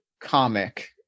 comic